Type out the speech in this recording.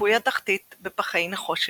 ציפוי התחתית בפחי נחושת,